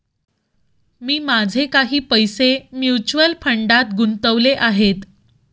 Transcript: मी माझे काही पैसे म्युच्युअल फंडात गुंतवले आहेत